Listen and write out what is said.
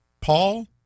Paul